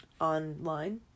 Online